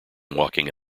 walking